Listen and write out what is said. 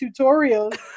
tutorials